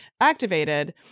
activated